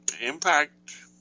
Impact